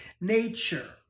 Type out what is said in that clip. nature